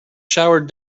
showered